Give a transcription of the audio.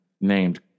named